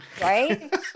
right